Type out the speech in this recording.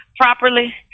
properly